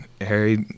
Harry